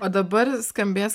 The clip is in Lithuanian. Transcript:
o dabar skambės